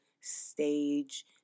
stage